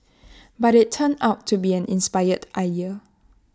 but IT turned out to be an inspired idea